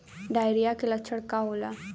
Diarrhoea के लक्षण का होला?